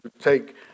take